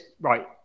right